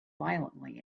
violently